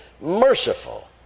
merciful